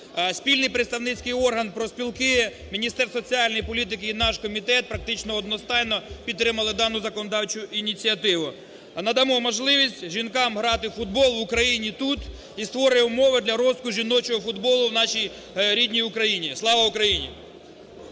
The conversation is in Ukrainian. Спільний представницький орган профспілки, Міністерство соціальної політики і наш комітет практично одностайно підтримали дану законодавчу ініціативу. Надамо можливість жінкам грати у футбол в Україні тут і створюємо умови для розвитку жіночого футболу в нашій рідній Україні. Слава Україні!